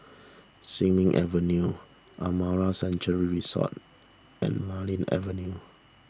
Sin Ming Avenue Amara Sanctuary Resort and Marlene Avenue